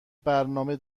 برنامه